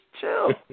chill